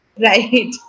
Right